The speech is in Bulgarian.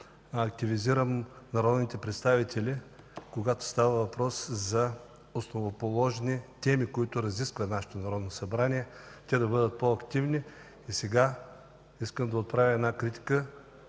активизирам народните представители, когато става въпрос за основоположни теми, които разисква нашето Народно събрание. Сега искам да отправя една критика